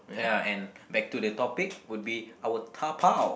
ya and back to the topic would be I would dabao